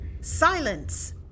Silence